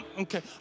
Okay